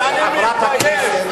שאני מתבייש.